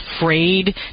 afraid